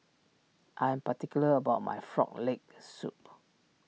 I am particular about my Frog Leg Soup